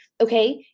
Okay